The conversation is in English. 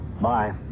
Bye